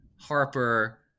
Harper